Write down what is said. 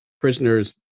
prisoners